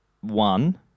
One